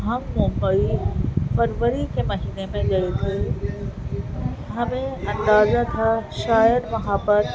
ہم بمبئی فروری کے مہینے میں گئے تھے ہمیں اندازہ تھا شاید وہاں پر